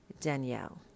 Danielle